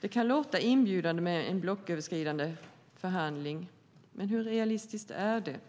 Det kan låta inbjudande med blocköverskridande förhandlingar, men hur realistiskt är det?